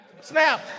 snap